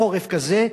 בחורף כזה.